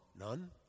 None